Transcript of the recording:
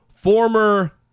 former